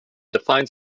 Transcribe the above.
defines